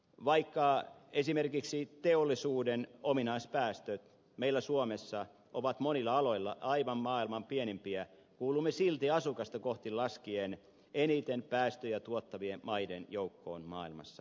vaikka esimerkiksi teollisuuden ominaispäästöt meillä suomessa ovat monilla aloilla aivan maailman pienimpiä kuulumme silti asukasta kohti laskien eniten päästöjä tuottavien maiden joukkoon maailmassa